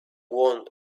want